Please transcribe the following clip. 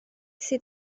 sydd